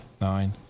nine